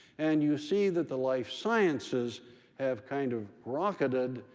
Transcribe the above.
and you see that the life sciences have kind of rocketed,